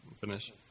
finish